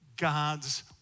God's